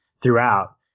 throughout